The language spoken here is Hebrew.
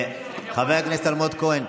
חבר הכנסת אלמוג כהן,